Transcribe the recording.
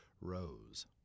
rose